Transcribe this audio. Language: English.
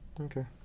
Okay